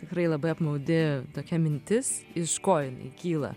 tikrai labai apmaudi tokia mintis iš ko jinai kyla